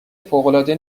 فوقالعاده